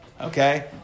Okay